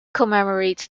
commemorates